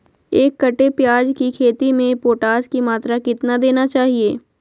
एक कट्टे प्याज की खेती में पोटास की मात्रा कितना देना चाहिए?